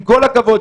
עם כל הכבוד,